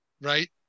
right